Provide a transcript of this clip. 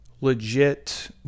legit